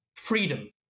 freedom